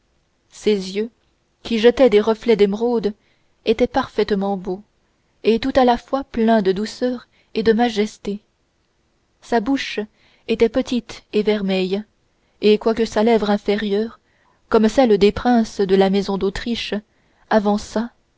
ses yeux qui jetaient des reflets d'émeraude étaient parfaitement beaux et tout à la fois pleins de douceur et de majesté sa bouche était petite et vermeille et quoique sa lèvre inférieure comme celle des princes de la maison d'autriche avançât